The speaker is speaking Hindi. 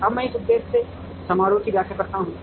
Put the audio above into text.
अब मैं इस उद्देश्य समारोह की व्याख्या करता हूं